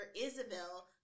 Isabel